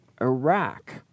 Iraq